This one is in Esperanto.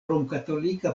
romkatolika